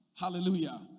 Hallelujah